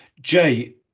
Jay